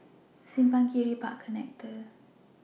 Simpang Kiri Park Connector